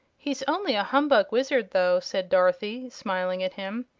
he's only a humbug wizard, though, said dorothy, smiling at him.